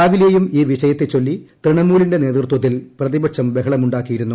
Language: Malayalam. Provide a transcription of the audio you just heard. രാവിലെയും ഈ വിഷയത്തെ ചൊല്ലി തൃണമൂലിന്റെ നേതൃത്വത്തിൽ പ്രതിപക്ഷം ബഹളമുണ്ടാ ക്കിയിരുന്നു